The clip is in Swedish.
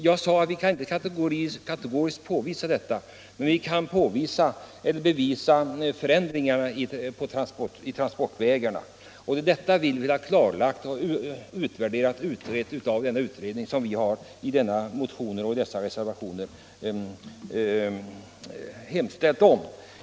Jag sade att vi inte kategoriskt kan påvisa detta, men vi kan bevisa att transportvägarna har förändrats. Det är detta vi vill ha klarlagt och utvärderat av den utredning som vi i våra motioner och reservationer har hemställt om.